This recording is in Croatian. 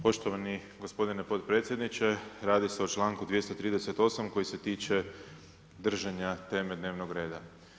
Poštovani gospodine potpredsjedniče, radi se o čl. 238. koji se tiče držanja teme dnevnog reda.